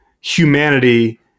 humanity